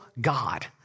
God